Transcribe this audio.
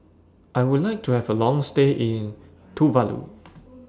I Would like to Have A Long stay in Tuvalu